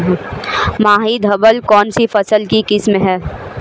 माही धवल कौनसी फसल की किस्म है?